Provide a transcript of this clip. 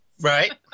Right